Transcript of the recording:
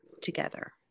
together